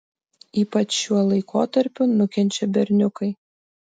ypač šiuo laikotarpiu nukenčia berniukai